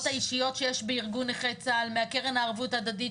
האישיות שיש בארגון נכי צה"ל מקרן הערבות הדדית,